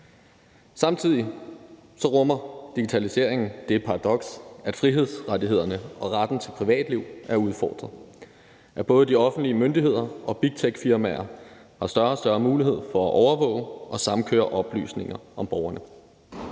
Samtidig rummer digitaliseringen det paradoks, at frihedsrettighederne og retten til privatliv er udfordret af, at både de offentlige myndigheder og big tech-firmaer har større og større mulighed for at overvåge og samkøre oplysninger om borgerne.